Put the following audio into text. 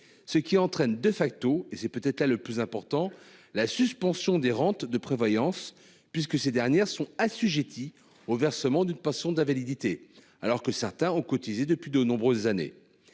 Ce qui entraîne de facto et c'est peut-être là le plus important, la suspension des rentes de prévoyance puisque ces dernières sont assujetties au versement d'une pension d'invalidité alors que certains ont cotisé depuis de nombreuses années.